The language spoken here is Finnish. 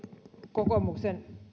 kokoomuksen